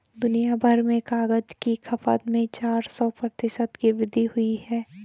दुनियाभर में कागज की खपत में चार सौ प्रतिशत की वृद्धि हुई है